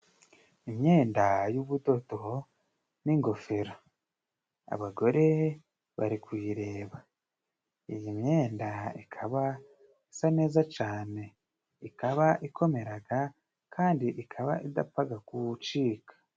Imyenda y'ubudodo n'ingofero, abagore bari kuyireba. Iyi myenda ikaba isa neza cane, ikaba ikomeraga kandi ikaba idapfaga gucika.